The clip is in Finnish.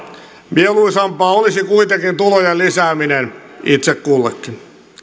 mieluisampaa olisi kuitenkin tulojen lisääminen itse kullekin